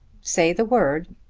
say the word.